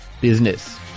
Business